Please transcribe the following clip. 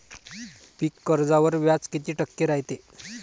पीक कर्जावर व्याज किती टक्के रायते?